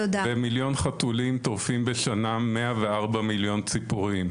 ומיליון חתולים טורפים בשנה 104 מיליון ציפורים,